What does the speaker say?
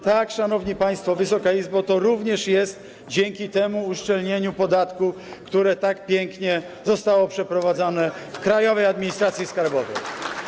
Tak, szanowni państwo, Wysoka Izbo, to również jest dzięki temu uszczelnieniu podatku, które tak pięknie zostało przeprowadzone w Krajowej Administracji Skarbowej.